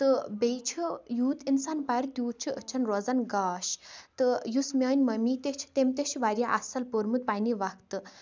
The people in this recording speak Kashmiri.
تہٕ بیٚیہِ چھِ یوٗت اِنسان پَرِ تیوٗت چھِ أچھَن روزان گاش تہٕ یُس میٛٲنۍ مٔمی تہِ چھِ تٔمۍ تہِ چھِ واریاہ اَصٕل پوٚرمُت پنٛنہِ وقتہٕ